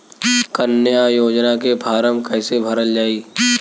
कन्या योजना के फारम् कैसे भरल जाई?